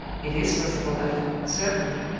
it is possible, allan, certainly.